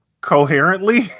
coherently